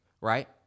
right